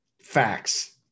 Facts